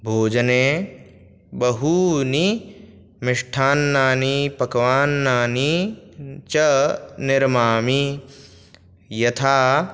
भोजने बहूनि मिष्ठान्नानि पक्वान्नानि च निर्मामि यथा